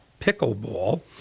pickleball